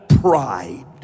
pride